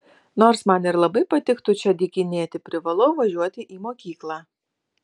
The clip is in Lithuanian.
nors man ir labai patiktų čia dykinėti privalau važiuoti į mokyklą